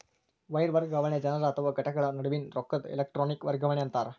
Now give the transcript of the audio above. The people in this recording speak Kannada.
ವೈರ್ ವರ್ಗಾವಣೆ ಜನರ ಅಥವಾ ಘಟಕಗಳ ನಡುವಿನ್ ರೊಕ್ಕದ್ ಎಲೆಟ್ರೋನಿಕ್ ವರ್ಗಾವಣಿ ಅಂತಾರ